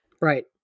Right